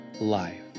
life